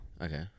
Okay